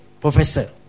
professor